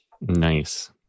Nice